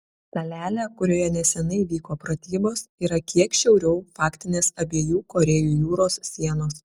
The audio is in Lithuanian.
salelė kurioje neseniai vyko pratybos yra kiek šiauriau faktinės abiejų korėjų jūros sienos